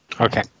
okay